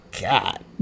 god